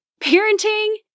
Parenting